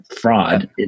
fraud